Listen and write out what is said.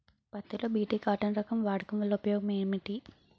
పత్తి లో BT cotton రకం వాడకం వల్ల ఉపయోగం ఏమిటి?